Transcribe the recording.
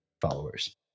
followers